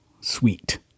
Sweet